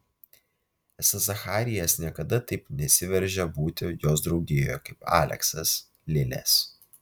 esą zacharijas niekada taip nesiveržia būti jos draugijoje kaip aleksas lilės